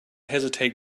hesitate